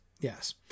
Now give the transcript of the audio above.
yes